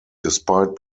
despite